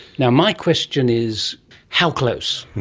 yeah my question is how close?